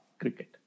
cricket